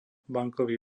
bankový